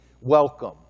welcome